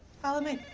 follow me.